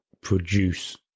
produce